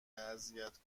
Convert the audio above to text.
اذیت